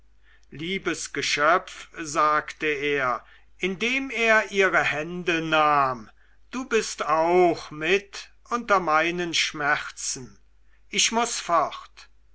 liebes geschöpf sagte er indem er ihre hände nahm du bist auch mit unter meinen schmerzen ich muß fort